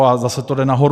A zase to jde nahoru.